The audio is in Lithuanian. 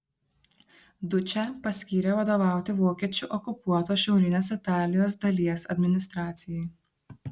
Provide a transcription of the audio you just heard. dučę paskyrė vadovauti vokiečių okupuotos šiaurinės italijos dalies administracijai